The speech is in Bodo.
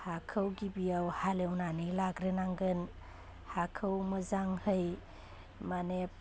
हाखौ गिबियाव हालेवनानै लाग्रोनांगोन हाखौ मोजाङै मानि